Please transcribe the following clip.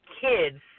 kids